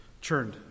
Churned